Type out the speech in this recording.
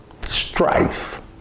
strife